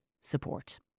support